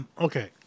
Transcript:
Okay